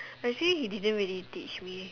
but actually he didn't really teach me